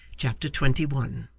chapter twenty one